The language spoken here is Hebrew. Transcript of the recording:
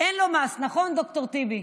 אין לו מס, נכון, ד"ר טיבי?